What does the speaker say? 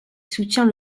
soutient